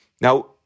Now